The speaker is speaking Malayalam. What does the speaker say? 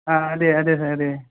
ആ അതെ അതെ സാർ അതെ